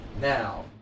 Now